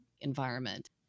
environment